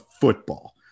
football